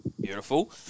Beautiful